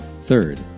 Third